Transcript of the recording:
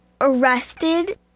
arrested